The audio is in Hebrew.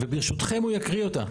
וברשותכם הוא יקריא אותה.